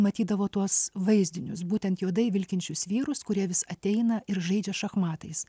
matydavo tuos vaizdinius būtent juodai vilkinčius vyrus kurie vis ateina ir žaidžia šachmatais